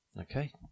Okay